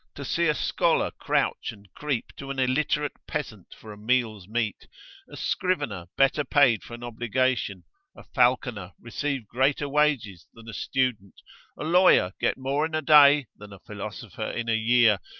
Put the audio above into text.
to see a scholar crouch and creep to an illiterate peasant for a meal's meat a scrivener better paid for an obligation a falconer receive greater wages than a student a lawyer get more in a day than a philosopher in a year,